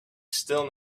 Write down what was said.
still